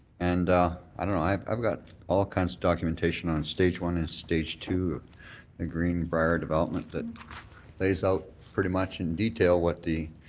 and i don't know, i have got all kinds of documentation on stage one and stage two ah prior development that lays out pretty much in detail what the